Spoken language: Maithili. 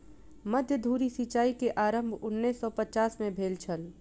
मध्य धुरी सिचाई के आरम्भ उन्नैस सौ पचास में भेल छल